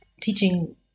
teaching